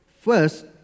First